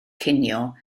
cinio